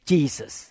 Jesus